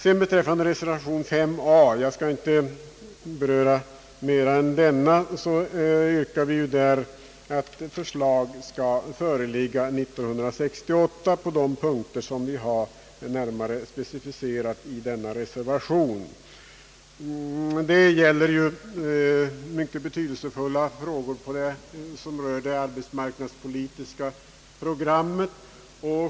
I reservation a vid punkten 5 — jag skall inte beröra någon mer reservation än denna — yrkar vi att förslag skall föreligga år 1968 på de punkter som vi närmare har specificerat i reservationen. Det gäller ju mycket betydelsefulla frågor som berör det arbetsmarknadspolitiska programmet.